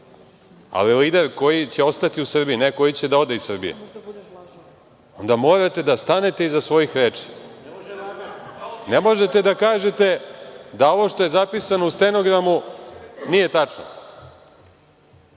ali lider koji će ostati u Srbiji, ne koji će da ode iz Srbije, onda morate da stanete iza svojih reči. Ne možete da kažete da ovo što je zapisano u stenogramu nije tačno.